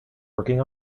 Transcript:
working